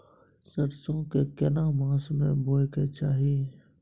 सरसो के केना मास में बोय के चाही?